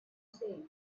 said